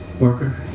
worker